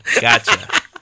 Gotcha